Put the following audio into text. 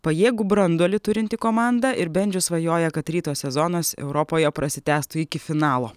pajėgų branduolį turinti komanda ir bendžius svajoja kad ryto sezonas europoje prasitęstų iki finalo